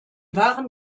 waren